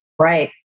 Right